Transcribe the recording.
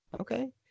Okay